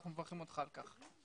ואנחנו מברכים אותך על כך.